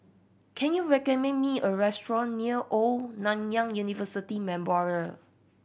can you recommend me a restaurant near Old Nanyang University Memorial